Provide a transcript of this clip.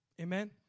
Amen